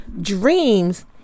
dreams